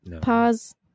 Pause